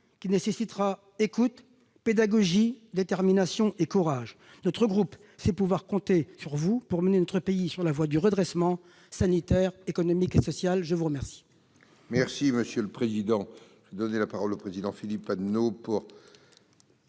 qui nécessitera écoute, pédagogie, détermination et courage. Notre groupe sait pouvoir compter sur vous pour mener notre pays sur la voie du redressement sanitaire, économique et social. La parole